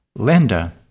Linda